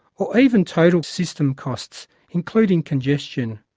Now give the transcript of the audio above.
or even total system costs, including congestion.